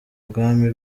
ubwami